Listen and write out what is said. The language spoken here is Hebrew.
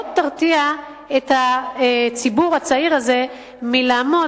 זה לא ירתיע את הציבור הצעיר הזה מלעמוד